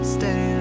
Stay